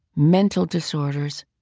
mental disorders,